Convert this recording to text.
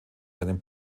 seinem